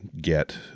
get